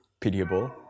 pitiable